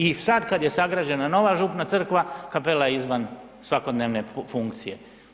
I sad kad je sagrađena nova župna crkva, kapela je izvan svakodnevne funkcije.